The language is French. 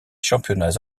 championnats